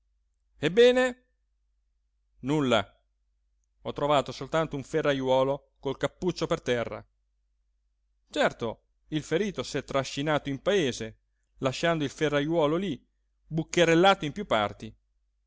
ebbene nulla ho trovato soltanto un ferrajuolo col cappuccio per terra certo il ferito s'è trascinato in paese lasciando il ferrajuolo lí bucherellato in piú parti